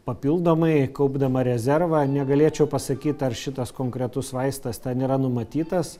papildomai kaupdama rezervą negalėčiau pasakyt ar šitas konkretus vaistas ten yra numatytas